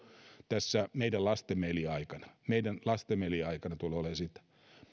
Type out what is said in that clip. tässä meidän lastemme elinaikana meidän lastemme elinaikana tulee olemaan sitä